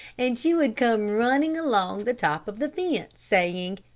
and she would come running along the top of the fence, saying,